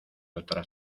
otra